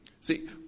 See